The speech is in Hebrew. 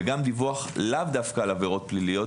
וגם דיווח לאו דווקא על עבירות פליליות,